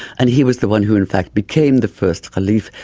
and he was the one who in fact became the first caliph.